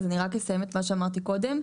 אני רק אסיים את מה שאמרתי קודם.